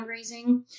fundraising